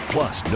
Plus